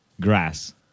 Grass